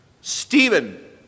Stephen